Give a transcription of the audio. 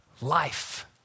life